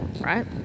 right